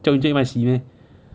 叫 encik 卖洗 meh